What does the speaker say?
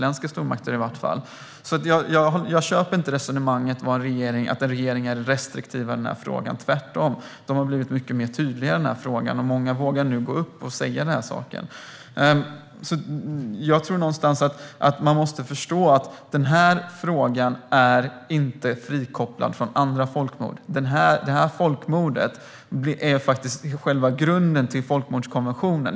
Jag köper därför inte resonemanget om att en regering är restriktiv i denna fråga. Tvärtom har de blivit mycket mer tydliga i denna fråga, och många vågar nu säga detta. Jag tror att man måste förstå att denna fråga inte är frikopplad från frågan om andra folkmord. Detta folkmord är faktiskt själva grunden till folkmordskonventionen.